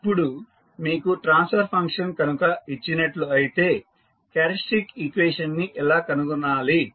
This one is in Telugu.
ఇప్పుడు మీకు ట్రాన్స్ఫర్ ఫంక్షన్ కనుక ఇచ్చినట్లు అయితే క్యారెక్టరిస్టిక్ ఈక్వేషన్ ని ఎలా కనుగొనాలి